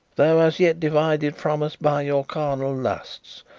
though as yet divided from us by your carnal lusts.